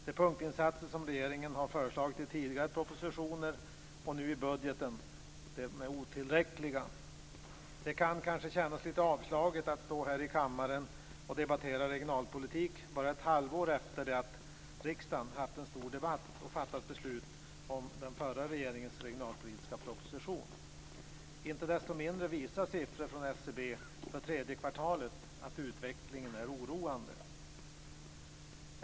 De punktinsatser som regeringen har föreslagit i tidigare propositioner och nu föreslår i budgeten är otillräckliga. Det kan kanske kännas lite avslaget att stå här i kammaren och debattera regionalpolitik bara ett halvår efter det att riksdagen haft en stor debatt och fattat beslut om den förra regeringens regionalpolitiska proposition. Inte desto mindre visar siffror för tredje kvartalet från SCB att utvecklingen är oroande.